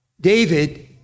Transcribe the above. David